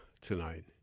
tonight